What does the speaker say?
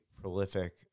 prolific